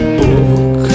book